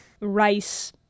rice